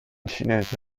cinese